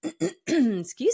Excuse